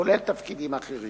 כולל תפקידים אחרים,